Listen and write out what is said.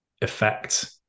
effect